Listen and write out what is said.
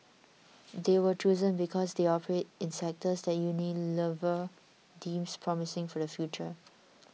they were chosen because they operate in sectors that Unilever deems promising for the future